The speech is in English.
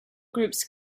groups